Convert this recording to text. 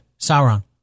Sauron